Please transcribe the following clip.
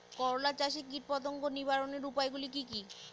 করলা চাষে কীটপতঙ্গ নিবারণের উপায়গুলি কি কী?